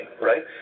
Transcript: right